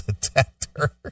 detector